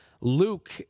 Luke